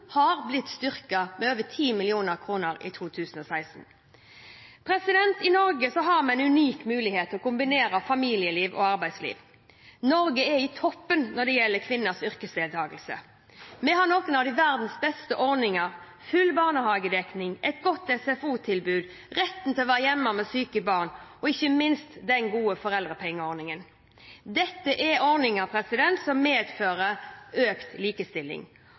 2016. I Norge har vi en unik mulighet til å kombinere familieliv og arbeidsliv. Norge er i toppen når det gjelder kvinners yrkesdeltakelse. Vi har noen av verdens beste ordninger: full barnehagedekning, et godt SFO-tilbud, retten til å være hjemme med syke barn og ikke minst den gode foreldrepengeordningen. Dette er ordninger som medfører økt likestilling.